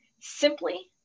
simply